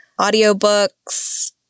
audiobooks